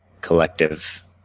collective